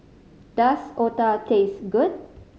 does otah taste good